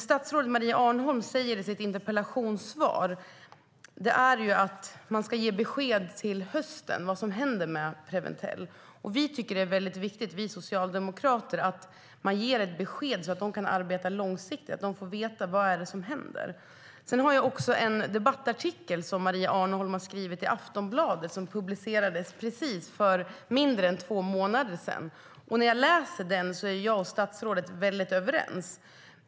Statsrådet Maria Arnholm säger i sitt interpellationssvar att man ska ge besked till hösten om vad som händer Preventell. Vi socialdemokrater tycker att det är mycket viktigt att man ger ett besked så att Preventell kan arbeta långsiktigt och att de får veta vad som händer. Maria Arnholm har skrivit en debattartikel i Aftonbladet som publicerades för mindre än två månader sedan. När jag läser den ser jag att jag och statsrådet är mycket överens.